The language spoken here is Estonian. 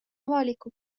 avaliku